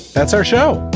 that's our show.